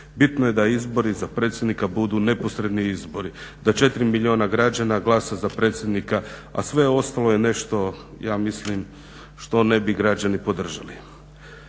Bitno je da izbori za predsjednika budu neposredni izbori, da 4 milijuna građana glasa za predsjednika a sve ostalo je nešto ja mislim što ne bi građani podržali.